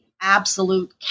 absolute